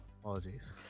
apologies